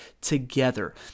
together